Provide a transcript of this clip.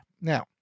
Now